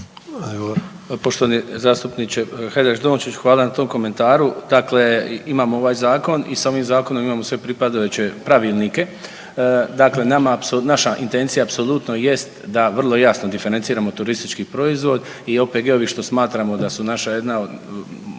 Poštovani zastupniče Hajdaš Dončić, hvala na tom komentaru. Dakle, imamo ovaj zakon i s ovim zakonom imamo sve pripadajuće pravilnike, dakle nama naša intencija apsolutno jest da vrlo jasno diferenciramo turistički proizvod i OPG-ovi što smatramo da su naša jedna